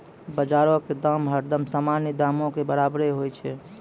बजारो के दाम हरदम सामान्य दामो के बराबरे होय छै